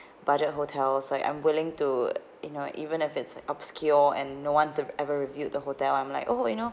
budget hotels like I'm unwilling to you know even if it's obscure and no one have ever reviewed the hotel I'm like oh you know